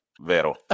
Vero